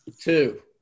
Two